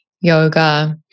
yoga